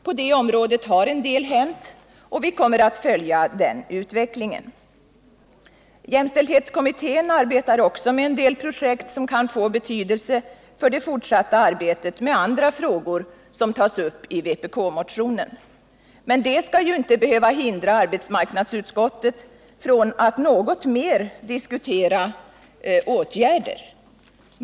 På det området har en del hänt, och vi kommer att följa den utvecklingen. Jämställdhetskommittén arbetar också med en del projekt som kan få betydelse för det fortsatta arbetet med andra frågor som tas upp i vpk-motionen. Men det skall inte behöva hindra arbetsmarknadsutskottet från att något mer diskutera åtgärder.